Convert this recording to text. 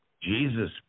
Jesus